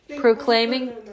proclaiming